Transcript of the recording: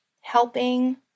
helping